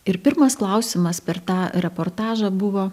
ir pirmas klausimas per tą reportažą buvo